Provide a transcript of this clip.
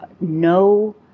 no